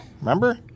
remember